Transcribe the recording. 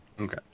Okay